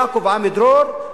יעקב עמידרור,